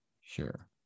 Sure